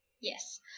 yes